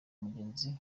mugenzi